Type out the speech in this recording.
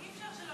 אי-אפשר שלא,